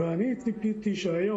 אני ציפיתי שהיום,